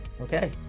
Okay